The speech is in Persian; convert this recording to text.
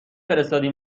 فرستادی